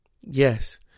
Yes